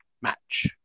match